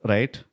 Right